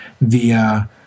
via